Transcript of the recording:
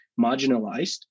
marginalized